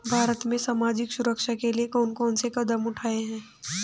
भारत में सामाजिक सुरक्षा के लिए कौन कौन से कदम उठाये हैं?